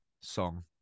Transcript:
song